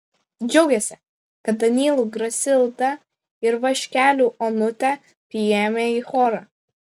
džiaugėsi kad danylų grasildą ir vaškelių onutę priėmė į chorą